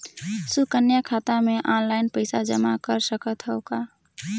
सुकन्या खाता मे ऑनलाइन पईसा जमा कर सकथव का?